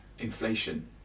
Inflation